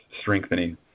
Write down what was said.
strengthening